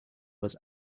was